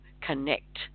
connect